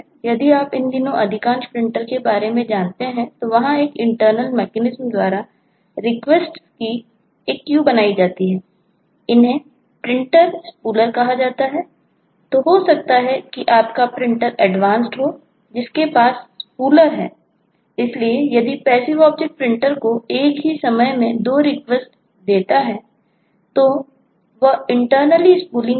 यदि आप इन दिनों अधिकांश प्रिंटर के बारे में जानते हैं तो वहां एक इंटरनल मैकेनिज्म करेगा